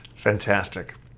fantastic